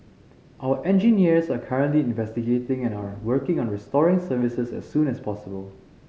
our engineers are currently investigating and are working on restoring services as soon as possible